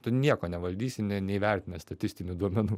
tu nieko nevaldysi ne neįvertinęs statistinių duomenų